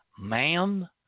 ma'am